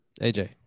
AJ